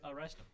arrest